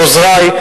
לעוזרי,